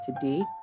today